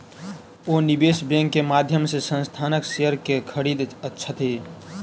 ओ निवेश बैंक के माध्यम से संस्थानक शेयर के खरीदै छथि